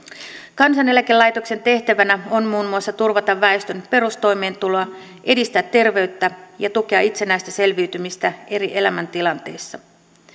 kansaneläkelaitoksen tehtävänä on muun muassa turvata väestön perustoimeentuloa edistää terveyttä ja tukea itsenäistä selviytymistä eri elämäntilanteissa